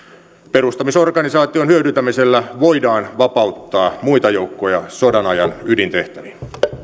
perustamisorganisaation hyödyntämisellä voidaan vapauttaa muita joukkoja sodanajan ydintehtäviin